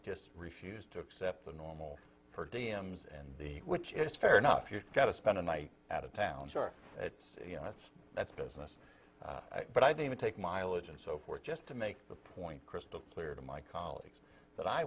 just refused to accept the normal for d m z and the which is fair enough you've got to spend a night at a town's are you know that's that's business but i'd even take mileage and so forth just to make the point crystal clear to my colleagues that i